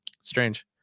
Strange